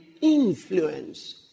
influence